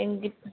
எங்கிட்ட